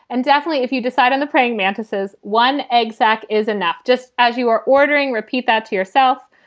and definitely if you decide on the praying mantises, one egg sac is enough just as you are ordering. repeat that to yourself.